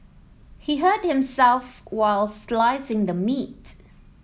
he hurt himself while slicing the meat